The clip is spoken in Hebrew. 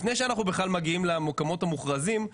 לפני שאנחנו בכלל מגיעים למקומות המוכרזים,